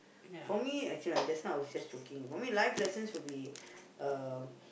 for me actually uh just now I was just joking for me life lessons would be uh